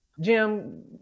Jim